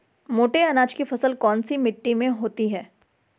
मोटे अनाज की फसल कौन सी मिट्टी में होती है?